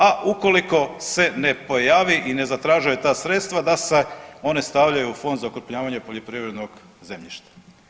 A ukoliko se ne pojavi i ne zatraži ta sredstva, da se ona stavljaju u Fond za okrupnjavanje poljoprivrednog zemljišta.